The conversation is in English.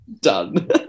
done